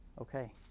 Okay